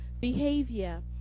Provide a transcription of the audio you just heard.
behavior